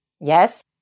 Yes